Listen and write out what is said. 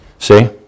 See